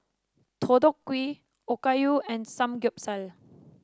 Deodeok Gui Okayu and Samgeyopsal